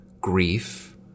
grief